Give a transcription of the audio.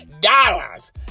dollars